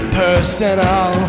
personal